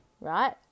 right